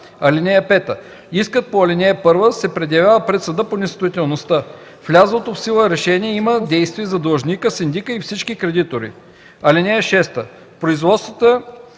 лица. (5) Иск по ал. 1 се предявява пред съда по несъстоятелността. Влязлото в сила решение има действие за длъжника, синдика и всички кредитори. (6) В производствата